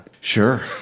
Sure